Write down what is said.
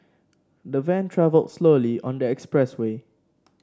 the van travelled slowly on the express way